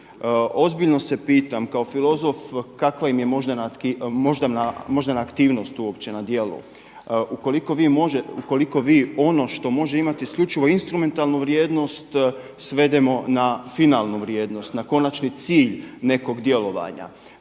Ozbiljno se pitam kao filozof kakva im je moždana aktivnost uopće na djelu, ukoliko vi ono što može imati isključivo instrumentalnu vrijednost svedemo na finalnu vrijednost, na konačni cilj nekog djelovanja.